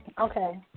Okay